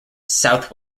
south